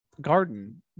garden